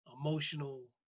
emotional